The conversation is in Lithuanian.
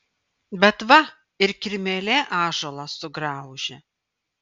bet va ir kirmėlė ąžuolą sugraužia